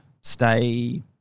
stay